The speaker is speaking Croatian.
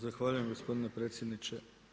Zahvaljujem gospodine predsjedniče.